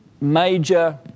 major